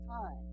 time